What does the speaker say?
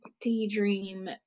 daydream